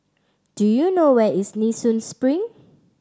do you know where is Nee Soon Spring